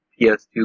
PS2